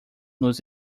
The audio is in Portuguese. nos